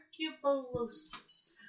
tuberculosis